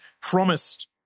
promised